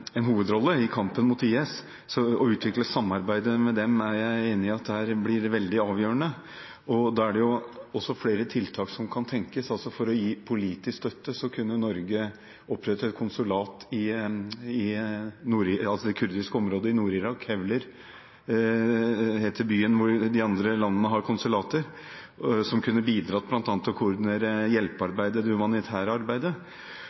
en hovedrolle i kampen mot IS, så å utvikle samarbeidet med dem er jeg enig i blir veldig avgjørende. Da er det også flere tiltak som kan tenkes. For å gi politisk støtte kunne Norge opprettet et konsulat i det kurdiske området i Nord-Irak – Hewlêr heter byen der de andre landene har konsulater – som kunne bidratt bl.a. til å koordinere hjelpearbeidet og det humanitære arbeidet.